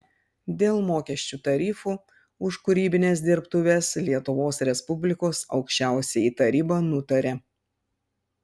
dėl mokesčių tarifų už kūrybines dirbtuves lietuvos respublikos aukščiausioji taryba nutaria